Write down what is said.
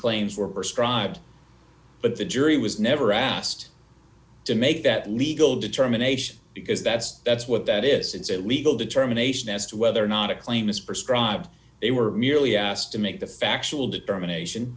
claims were scribed but the jury was never asked to make that legal determination because that's that's what that is it's a legal determination as to whether or not a claim is prescribed they were merely asked to make the factual determination